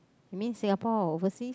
mean Singapore or overseas